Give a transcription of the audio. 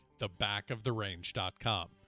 thebackoftherange.com